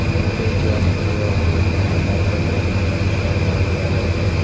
ನನ್ನ PayZapp Q R ಕೋಡ್ನ ವಾಟ್ಸಾಪಲ್ಲಿ ಮಂಜುಶ್ರೀ ಮರೀಹಾಳ್ ಅವರಿಗೆ ಕ